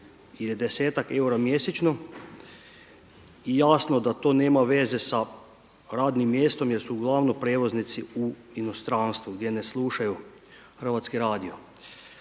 ili desetak eura mjesečno i jasno da to nema veze sa radnim mjestom jer su uglavnom prijevoznici u inostranstvu gdje ne slušaju Hrvatski radio.